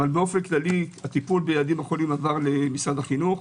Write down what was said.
אבל באופן כללי הטיפול בילדים חולים עבר למשרד החינוך.